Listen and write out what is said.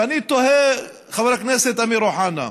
ואני תוהה, חבר הכנסת אמיר אוחנה: